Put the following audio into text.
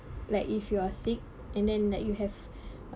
like if you are sick and then that you have